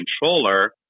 controller